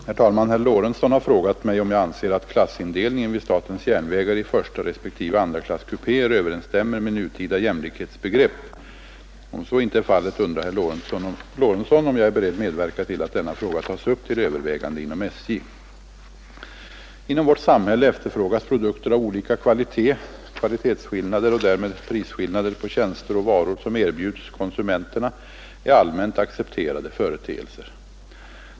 Herr talman! Herr Lorentzon har frågat mig om jag anser att klassindelningen vid statens järnvägar i förstarespektive andraklass kupéer överensstämmer med nutida jämlikhetsbegrepp. Om så inte är fallet undrar herr Lorentzon om jag är beredd medverka till att denna fråga tas upp till övervägande inom SJ. Inom vårt samhälle efterfrågas produkter av olika kvalitet. Kvalitetsskillnader och därmed prisskillnader på tjänster och varor, som erbjuds konsumenterna, är allmänt accepterade företeelser.